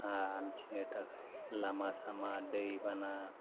हान्थिनो थाखाय लामा सामा दै बाना